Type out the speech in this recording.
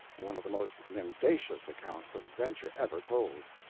one of the most mendacious accounts of adventure ever told.